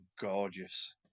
gorgeous